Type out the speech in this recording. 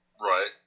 Right